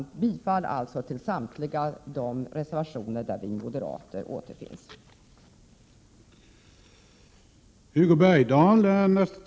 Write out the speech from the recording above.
Jag yrkar bifall till samtliga de reservationer som vi moderater ställt oss bakom.